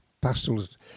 pastels